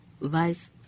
Vice